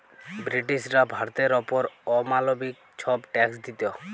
ব্রিটিশরা ভারতের অপর অমালবিক ছব ট্যাক্স দিত